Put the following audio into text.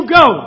go